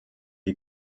die